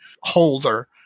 holder